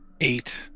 Eight